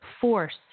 force